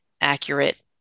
accurate